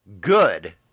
good